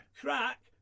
Crack